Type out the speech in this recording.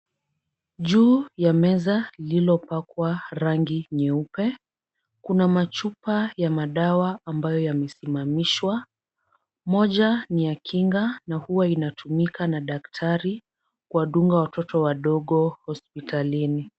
Juu ya meza lililopakwa rangi nyeupe kuna machupa ya madawa ambayo yamesimamishwa. Moja ni ya kinga na huwa inatumika na daktari kuwadunga watoto wadogo hospitalini.